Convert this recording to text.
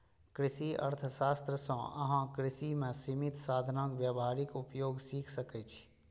कृषि अर्थशास्त्र सं अहां कृषि मे सीमित साधनक व्यावहारिक उपयोग सीख सकै छी